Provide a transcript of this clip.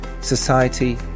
Society